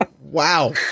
wow